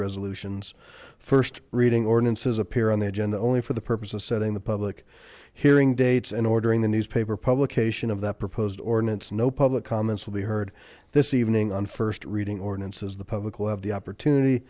resolutions first reading ordinances appear on the agenda only for the purpose of setting the public hearing dates and ordering the newspaper publication of the proposed ordinance no public comments will be heard this evening on first reading ordinances the public will have the opportunity